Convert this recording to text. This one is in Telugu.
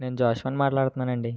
నేను జోష్వాన్ మాట్లాడుతూన్నానండి